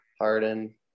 Harden